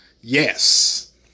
Yes